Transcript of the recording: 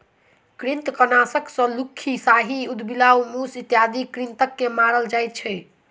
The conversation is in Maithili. कृंतकनाशक सॅ लुक्खी, साही, उदबिलाइ, मूस इत्यादि कृंतक के मारल जाइत छै